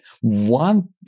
one